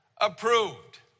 approved